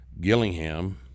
Gillingham